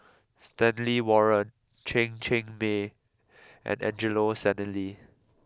Stanley Warren Chen Chen Mei and Angelo Sanelli